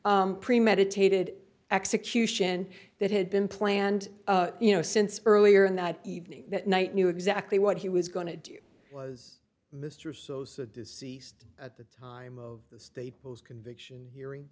premeditated execution that had been planned you know since earlier in the evening that night knew exactly what he was going to do was mr sosa deceased at the time of the staples conviction hearing